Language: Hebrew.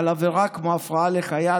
על עבירות כמו הפרעה לחייל,